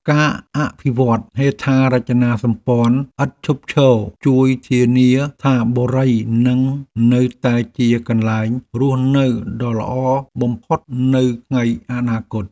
ការអភិវឌ្ឍហេដ្ឋារចនាសម្ព័ន្ធឥតឈប់ឈរជួយធានាថាបុរីនឹងនៅតែជាកន្លែងរស់នៅដ៏ល្អបំផុតទៅថ្ងៃអនាគត។